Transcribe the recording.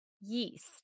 yeast